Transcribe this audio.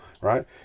right